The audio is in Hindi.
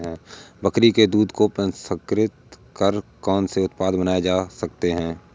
बकरी के दूध को प्रसंस्कृत कर कौन से उत्पाद बनाए जा सकते हैं?